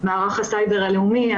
מערך הסייבר הלאומי,